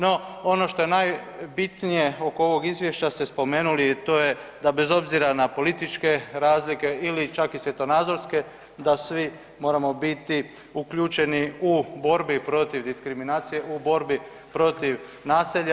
No, ono što je najbitnije oko ovog izvješća ste spomenuli, a to je da bez obzira na političke razlike ili čak i svjetonazorske da svi moramo biti uključeni u borbi protiv diskriminacije, u borbi protiv nasilja.